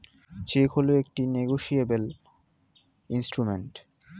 check হল একটি negotiable instrument